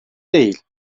değil